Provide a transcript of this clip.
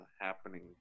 happening